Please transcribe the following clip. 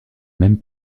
même